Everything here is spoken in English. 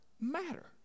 matter